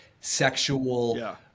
sexual